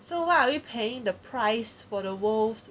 so what are we paying the price for the world